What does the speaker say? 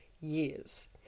years